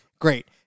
great